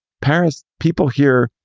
paris people here,